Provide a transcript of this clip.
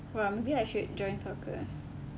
!wah! maybe I should join soccer